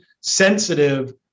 sensitive